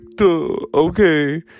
Okay